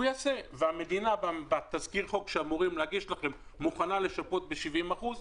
והמדינה בתזכיר החוק שאמורים להגיש לכם מוכנה לשפות ב-70%,